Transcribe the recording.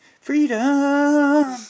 Freedom